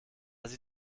sie